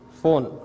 phone